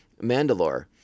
Mandalore